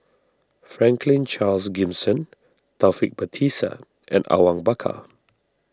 Franklin Charles Gimson Taufik Batisah and Awang Bakar